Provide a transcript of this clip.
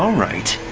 um right.